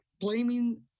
blaming